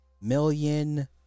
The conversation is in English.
million